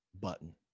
button